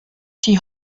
die